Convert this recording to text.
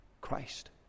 Christ